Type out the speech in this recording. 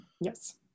Yes